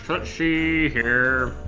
let's see here.